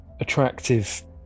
attractive